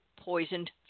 poisoned